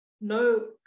no